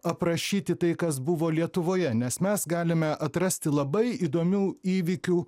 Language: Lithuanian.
aprašyti tai kas buvo lietuvoje nes mes galime atrasti labai įdomių įvykių